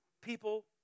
People